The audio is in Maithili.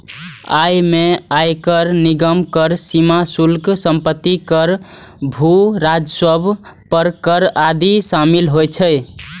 अय मे आयकर, निगम कर, सीमा शुल्क, संपत्ति कर, भू राजस्व पर कर आदि शामिल होइ छै